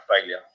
failure